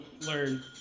learn